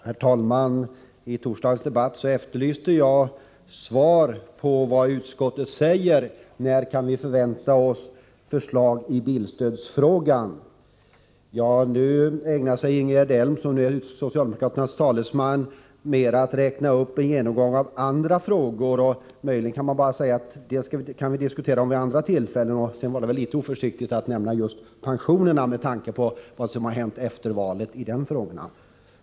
Herr talman! När vi i torsdags diskuterade frågor av detta slag efterlyste jag ett svar från utskottet på frågan om när vi kan förvänta oss förslag i fråga om bilstödet. Ingegerd Elm, som är socialdemokraternas talesman här, ägnar sig åt en genomgång av andra frågor. Men den diskussionen kan vi väl föra vid något annat tillfälle. Det var väl litet oförsiktigt att nämna just pensionerna, med tanke på vad som hänt efter valet i det avseendet.